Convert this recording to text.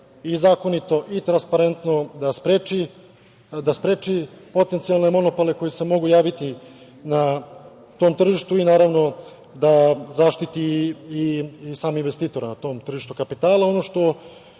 i zakonito i transparentno, da spreči potencijalne monopole koji se mogu javiti na tom tržištu i, naravno, da zaštiti i samog investitora na tom tržištu kapitala. Ono